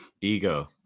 Ego